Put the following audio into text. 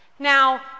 Now